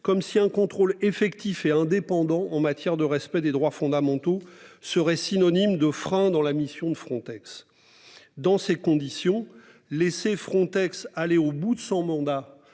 comme si un contrôle effectif et indépendant en matière de respect des droits fondamentaux serait synonyme de frein dans la mission de Frontex. Dans ces conditions, laisser Frontex aller au bout de son mandat